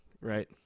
right